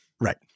Right